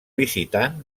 visitant